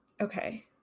Okay